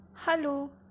Hello